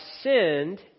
sinned